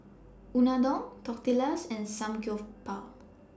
Unadon Tortillas and Samgyeopsal